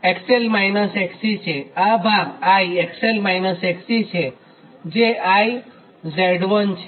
આ ભાગ I XL- XC છે જે I Z1 છે